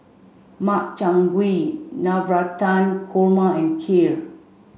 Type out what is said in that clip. Makchang Gui Navratan Korma and Kheer